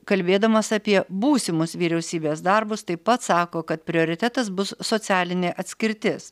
kalbėdamas apie būsimus vyriausybės darbus taip pat sako kad prioritetas bus socialinė atskirtis